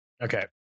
Okay